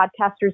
podcasters